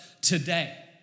today